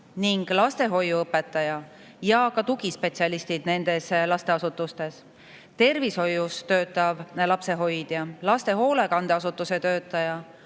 ning lastehoiu õpetajad, samuti tugispetsialistid nendes lasteasutustes, [laste]hoius töötavad lapsehoidjad, laste hoolekandeasutuse töötajad,